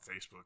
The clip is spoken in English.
Facebook